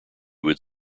would